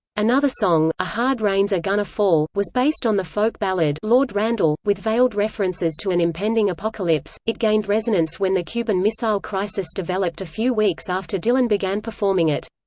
another song, a hard rain's a-gonna fall, was based on the folk ballad lord randall. with veiled references to an impending apocalypse, it gained resonance when the cuban missile crisis developed a few weeks after dylan began performing it.